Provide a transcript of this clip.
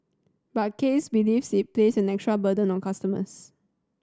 but Case believes it places an extra burden on customers